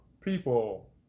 people